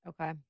Okay